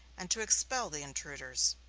and to expel the intruders.